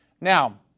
Now